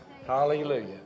Hallelujah